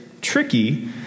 tricky